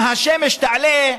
אם השמש תעלה,